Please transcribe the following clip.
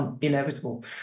inevitable